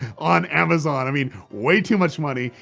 on amazon. i mean way too much money,